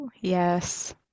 Yes